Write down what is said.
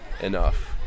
enough